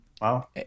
Wow